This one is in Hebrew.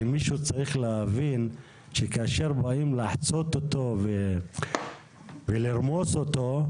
שצריך להבין שכאשר באים לחצות אותו ולרמוס אותו,